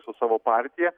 su savo partija